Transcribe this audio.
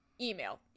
Email